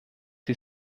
sie